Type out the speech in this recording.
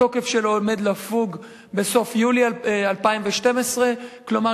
התוקף שלו עומד לפוג בסוף יולי 2012. כלומר,